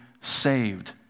saved